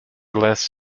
less